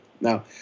Now